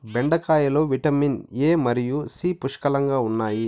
బెండకాయలో vitamin A మరియు C పుష్కలంగా ఉన్నాయి